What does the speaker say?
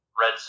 Red